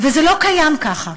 וזה לא קיים כך.